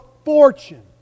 fortune